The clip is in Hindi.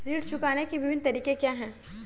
ऋण चुकाने के विभिन्न तरीके क्या हैं?